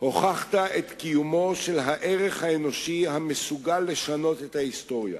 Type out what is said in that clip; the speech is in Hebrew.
הוכחת את קיומו של הערך האנושי המסוגל לשנות את ההיסטוריה,